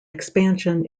expansion